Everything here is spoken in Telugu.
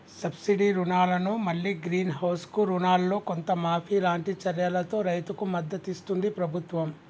సబ్సిడీ రుణాలను మల్లి గ్రీన్ హౌస్ కు రుణాలల్లో కొంత మాఫీ లాంటి చర్యలతో రైతుకు మద్దతిస్తుంది ప్రభుత్వం